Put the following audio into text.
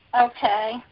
Okay